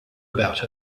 about